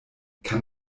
kann